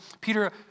Peter